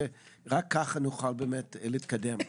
רק ככה נוכל באמת להתקדם.